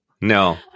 No